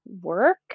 work